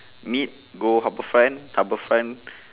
meet go harbour front harbour front